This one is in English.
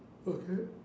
okay